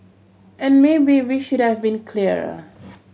and maybe we should have been clearer